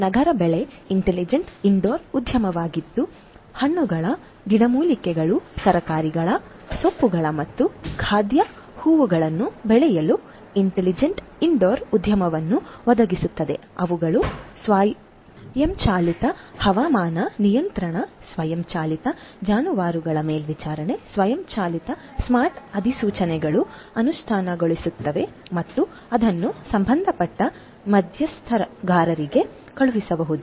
ನಗರ ಬೆಳೆ intelligent indoor ಉದ್ಯಾನವಾಗಿದ್ದು ಹಣ್ಣುಗಳು ಗಿಡಮೂಲಿಕೆಗಳು ತರಕಾರಿಗಳು ಸೊಪ್ಪುಗಳು ಮತ್ತು ಖಾದ್ಯ ಹೂವುಗಳನ್ನು ಬೆಳೆಯಲು ಇಂಟಲಿಜೆಂಟ್ ಇಂಡೋರ್ ಉದ್ಯಾನವನ್ನು ಒದಗಿಸುತ್ತದೆ ಅವುಗಳು ಸ್ವಯಂಚಾಲಿತ ಹವಾಮಾನ ನಿಯಂತ್ರಣ ಸ್ವಯಂಚಾಲಿತ ಜಾನುವಾರುಗಳ ಮೇಲ್ವಿಚಾರಣೆ ಸ್ವಯಂಚಾಲಿತ ಸ್ಮಾರ್ಟ್ ಅಧಿಸೂಚನೆಗಳನ್ನು ಅನುಷ್ಠಾನಗೊಳಿಸುತ್ತವೆ ಮತ್ತು ಅದನ್ನು ಸಂಬಂಧಪಟ್ಟ ಮಧ್ಯಸ್ಥಗಾರರಿಗೆ ಕಳುಹಿಸಬಹುದು